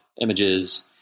images